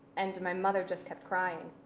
and my mother just kept crying